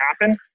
happen